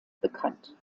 bekannt